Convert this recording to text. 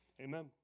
Amen